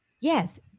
Yes